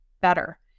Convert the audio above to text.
better